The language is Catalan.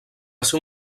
ser